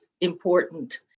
important